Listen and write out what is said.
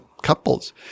Couples